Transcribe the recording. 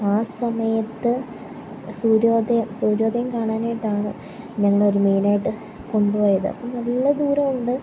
ആ സമയത്ത് സൂര്യോദയം സൂര്യോദയം കാണാനായിട്ടാണ് ഞങ്ങളെ അവർ മെയിനായിട്ട് കൊണ്ടുപോയത് നല്ല ദൂരമുണ്ട്